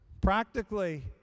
Practically